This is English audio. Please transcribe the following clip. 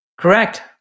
Correct